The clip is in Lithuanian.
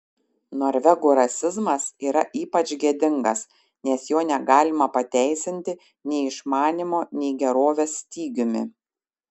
norvegų rasizmas yra ypač gėdingas nes jo negalima pateisinti nei išmanymo nei gerovės stygiumi